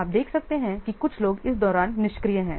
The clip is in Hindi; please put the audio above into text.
आप देख सकते हैं कि कुछ लोग इस दौरान निष्क्रिय हैं